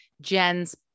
Jen's